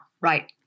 Right